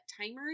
timers